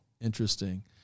Interesting